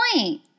point